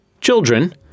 children